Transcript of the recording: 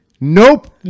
nope